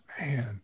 Man